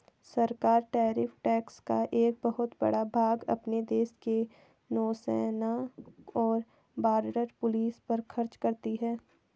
सरकार tariff tax का एक बहुत बड़ा भाग अपने देश के नौसेना और बॉर्डर पुलिस पर खर्च करती हैं